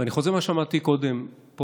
ואני חוזר למה שאמרתי פה קודם בכנסת,